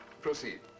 Proceed